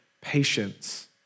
patience